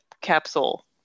capsule